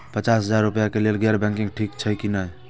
पचास हजार रुपए के लेल गैर बैंकिंग ठिक छै कि नहिं?